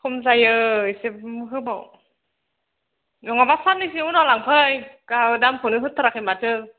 खम जायो इसे होबाव नङाबा साननैसो उनाव लांफै दामखौनो होथाराखै माथो